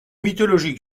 mythologie